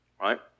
Right